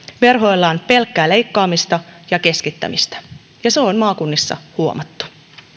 verhoillaan pelkkää leikkaamista ja keskittämistä ja se on maakunnissa huomattu